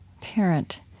parent